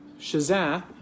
Shazam